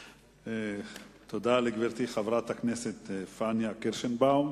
תודה לגברתי חברת הכנסת פניה קירשנבאום.